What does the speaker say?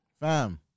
fam